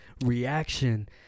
reaction